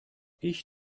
ich